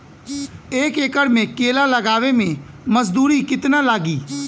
एक एकड़ में केला लगावे में मजदूरी कितना लागी?